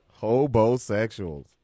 Hobosexuals